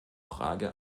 frage